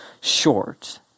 short